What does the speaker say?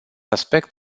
aspect